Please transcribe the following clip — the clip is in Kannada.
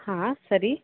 ಹಾಂ ಸರಿ